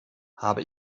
habe